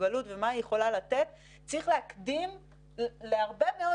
המסוגלות ומה היא יכולה לתת צריך להקדים להרבה מאוד